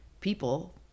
people